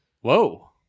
Whoa